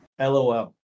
LOL